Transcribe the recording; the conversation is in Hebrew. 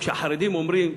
כשהחרדים אומרים,